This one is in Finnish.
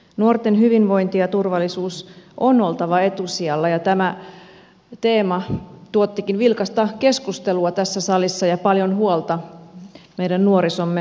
nuorten hyvinvoinnin ja turvallisuuden on oltava etusijalla ja tämä teema tuottikin vilkasta keskustelua tässä salissa ja paljon huolta meidän nuorisomme hyvinvoinnista